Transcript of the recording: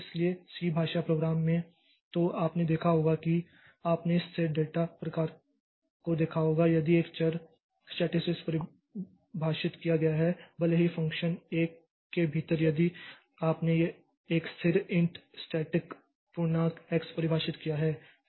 इसलिए सी भाषा प्रोग्राम में तो आपने देखा होगा कि आपने इस स्थिर डेटा प्रकार को देखा होगा यदि एक चर को स्टेटिक्स परिभाषित किया गया है भले ही फ़ंक्शन 1 के भीतर यदि आपने एक स्थिर इंट स्टेटिक पूर्णांक x परिभाषित किया है